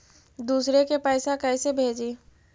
दुसरे के पैसा कैसे भेजी?